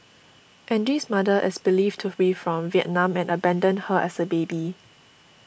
Angie's mother is believed to be from Vietnam and abandoned her as a baby